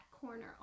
corner